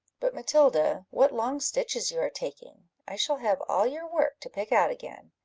but, matilda, what long stitches you are taking! i shall have all your work to pick out again.